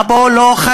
מה פה חריג?